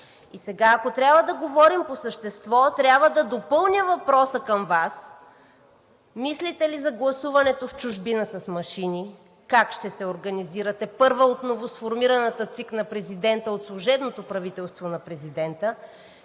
И сега, ако трябва да говорим по същество, трябва да допълня въпроса към Вас: мислите ли за гласуването в чужбина с машини, как ще се организирате – първо от новосформираната ЦИК на президента, от служебното правителство на президента?